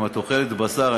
אם את אוכלת בשר,